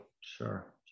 Sure